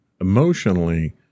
emotionally